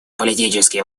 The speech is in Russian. политические